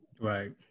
right